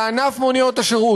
לענף מוניות השירות.